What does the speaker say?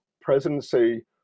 presidency